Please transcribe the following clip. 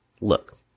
look